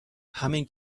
همین